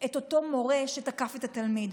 את אותו מורה שתקף את התלמיד.